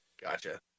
Gotcha